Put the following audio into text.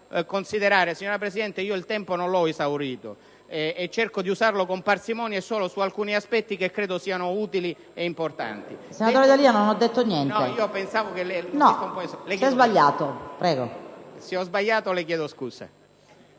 il tempo a mia disposizione. Cerco di usarlo con parsimonia, e solo su alcuni aspetti che credo siano utili ed importanti.